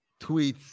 tweets